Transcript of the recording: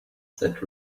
that